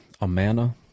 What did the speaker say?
Amana